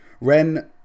Ren